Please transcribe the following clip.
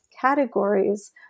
categories